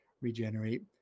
regenerate